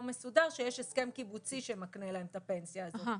מסודר שיש הסכם קיבוצי שמקנה להם את הפנסיה הזו.